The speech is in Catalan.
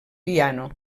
piano